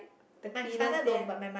the cleaners there